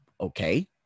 Okay